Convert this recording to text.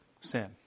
sin